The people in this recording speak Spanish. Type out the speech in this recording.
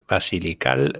basilical